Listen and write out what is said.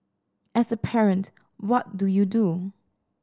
as a parent what do you do